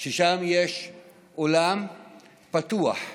יש שם אולם פתוח,